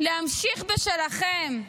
להמשיך בשלכם?